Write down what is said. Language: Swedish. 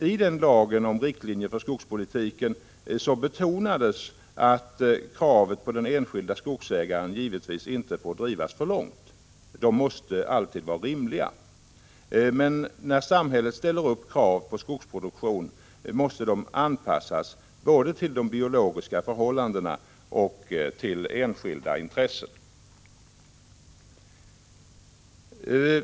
I denna lag om riktlinjer för skogspolitiken betonades att kraven på den enskilde skogsägaren givetvis inte får drivas för långt. De måste alltid vara rimliga. När samhället ställer upp krav på skogsproduktion måste dessa anpassas både till de biologiska förhållandena och till enskilda intressen.